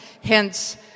Hence